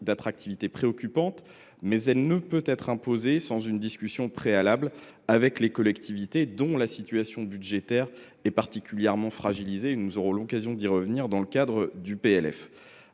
sommes tous d’accord –, elle ne peut être imposée sans une discussion préalable avec les collectivités, dont la situation budgétaire est particulièrement fragilisée. Nous aurons l’occasion d’y revenir dans le cadre de